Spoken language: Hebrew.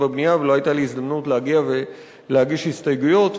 ובבנייה ולא היתה לי הזדמנות להגיע ולהגיש הסתייגויות.